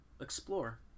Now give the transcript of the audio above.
explore